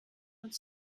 uns